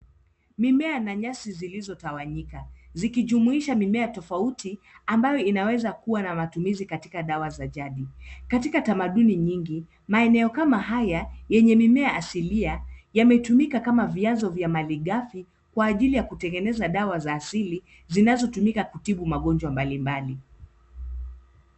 Mimea na nyasi zilizotawanyika, zikijumuisha mimea tofauti, ambayo inaweza kuwa na matumizi katika dawa za jadi. Katika tamaduni nyingi, maeneo kama haya, yenye mimea asilia yametumika kama vianzo vya malighafi, kwa ajili ya kutengeneza dawa za asili, zinazotumika kutibu magonjwa mbalimbali.